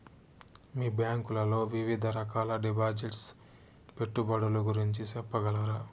మీ bank లో వివిధ రకాల డిపాసిట్స్, పెట్టుబడుల గురించి సెప్పగలరా?